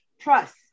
Trust